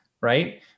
Right